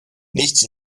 nichts